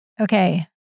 Okay